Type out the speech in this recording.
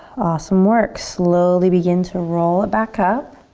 awesome work. slowly begin to roll it back up